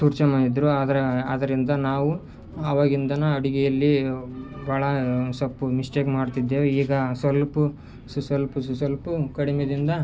ತೋರಿಸಿ ಮಾಡಿದ್ದರು ಆದ್ರೆ ಆದ್ದರಿಂದ ನಾವು ಆವಾಗಿಂದನು ಅಡುಗೆಯಲ್ಲಿ ಬಹಳ ಸಲ್ಪ್ ಮಿಸ್ಟೇಕ್ ಮಾಡ್ತಿದ್ದೇವೆ ಈಗ ಸ್ವಲ್ಪ ಸಸ್ವಲ್ಪ ಸಸ್ವಲ್ಪ ಕಡಿಮೆಯಿಂದ